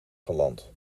geland